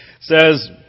Says